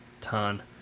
Ton